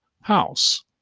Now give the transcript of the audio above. house